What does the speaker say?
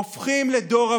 הופכים לדור אבוד.